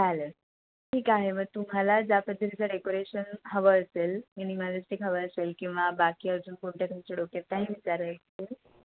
चालेल ठीक आहे मग तुम्हाला ज्या पद्धतीचं डेकोरेशन हवं असेल मिनिमालेस्टिक हवं असेल किंवा बाकी अजून कोणत्या तुमच्या डोक्यात काही विचार असतील